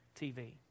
TV